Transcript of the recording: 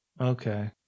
Okay